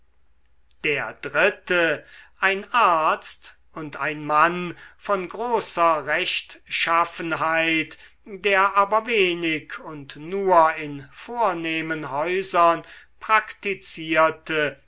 der dritte bruder ein arzt und ein mann von großer rechtschaffenheit der aber wenig und nur in vornehmen häusern praktizierte